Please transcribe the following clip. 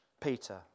Peter